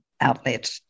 outlet